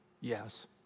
yes